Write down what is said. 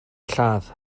lladd